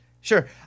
Sure